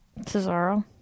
Cesaro